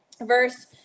verse